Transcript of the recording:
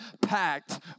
packed